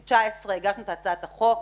ה-19 הגשנו את הצעת החוק.